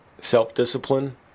self-discipline